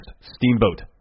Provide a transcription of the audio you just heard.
Steamboat